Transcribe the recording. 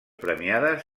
premiades